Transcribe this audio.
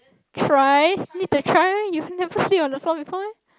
try need to try meh you've never sleep on the floor before meh